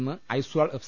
ഇന്ന് ഐസാൾ എഫ്